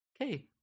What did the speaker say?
Okay